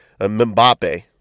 Mbappe